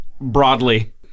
broadly